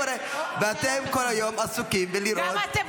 ואתם כל היום עסוקים בלראות --- אתם